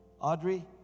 Audrey